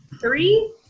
Three